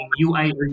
UI